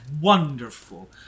wonderful